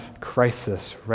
crisis